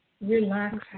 Relax